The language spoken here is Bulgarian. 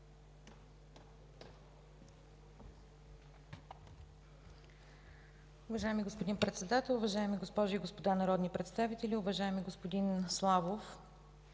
Уважаеми господин Председател, уважаеми госпожи и господа народни представители! Уважаеми господин Ибрямов,